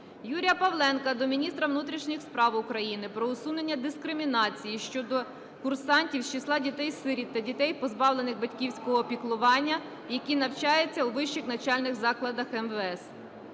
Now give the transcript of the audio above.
Юрія Павленка до міністра внутрішніх справ України про усунення дискримінації щодо курсантів з числа дітей-сиріт та дітей, позбавлених батьківського піклування, які навчаються у вищих навчальних закладах МВС.